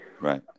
Right